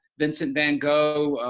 vincent van gogh,